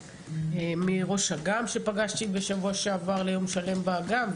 מראש אג"ם שפגשתי בשבוע שעבר ליום שלם באג"ם,